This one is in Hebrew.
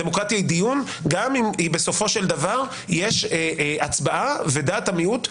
גם אם בסופו של דבר יש הצבעה ודעת המיעוט מפסידה.